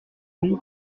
bon